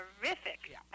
terrific